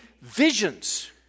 visions